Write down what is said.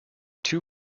two